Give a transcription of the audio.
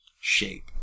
shape